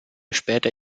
später